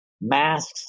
masks